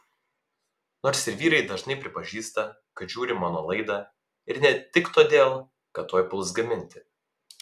nors ir vyrai dažnai prisipažįsta kad žiūri mano laidą ir ne tik todėl kad tuoj puls gaminti